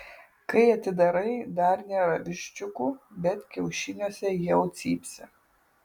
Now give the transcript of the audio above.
kai atidarai dar nėra viščiukų bet kiaušiniuose jau cypsi